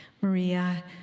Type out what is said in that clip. Maria